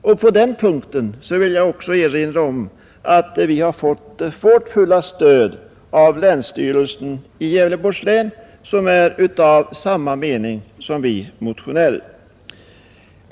Och på den punkten vill jag också erinra om att vi har fått fullt stöd för vårt förslag av länsstyrelsen i Gävleborgs län, som är av samma mening som vi motionärer.